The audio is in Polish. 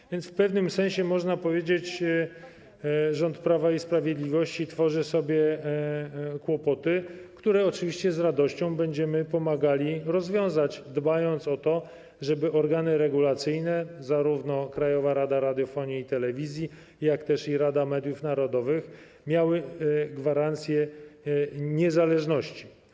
Tak więc w pewnym sensie, można powiedzieć, rząd Prawa i Sprawiedliwości tworzy sobie kłopoty, które oczywiście z radością będziemy pomagali rozwiązać, dbając o to, żeby organy regulacyjne, zarówno Krajowa Rada Radiofonii i Telewizji, jak i Rada Mediów Narodowych, miały gwarancję niezależności.